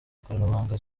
ikoranabuhanga